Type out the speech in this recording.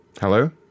Hello